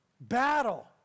Battle